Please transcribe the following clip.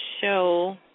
show